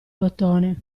bottone